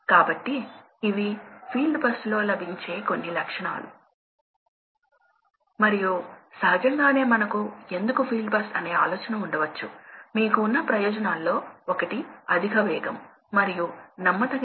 కాబట్టి రొటేషన్ వేగం మారితే అప్పుడు ఈ లక్షణం పైకి క్రిందికి మారుతుంది వాస్తవానికి మీరు తగ్గుతున్న వేగంతో లక్షణాల ఫ్యామిలీ ని పొందుతారు